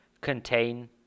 contain